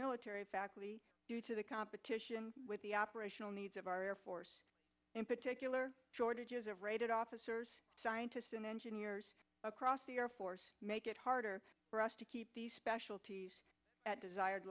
military faculty due to the competition with the operational needs of our air force in particular shortages of rated officers scientists and engineers across the air force make it harder for us to keep the specialty at desired